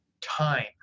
time